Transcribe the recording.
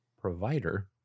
provider